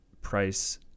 price